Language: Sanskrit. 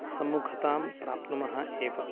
सम्मुखतां प्राप्नुमः एव